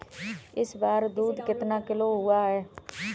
इस बार दूध कितना किलो हुआ है?